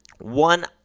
One